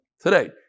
today